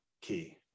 key